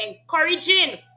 encouraging